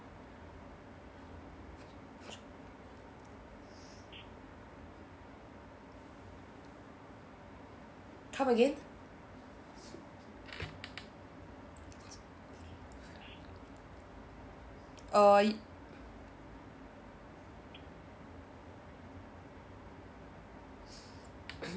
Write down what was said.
come again uh y~